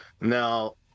Now